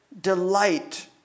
delight